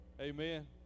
Amen